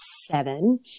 seven